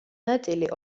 ნაწილი